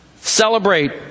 Celebrate